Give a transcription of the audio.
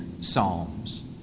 psalms